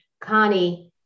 Connie